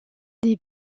des